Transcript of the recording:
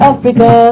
Africa